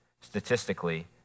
statistically